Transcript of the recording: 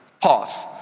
Pause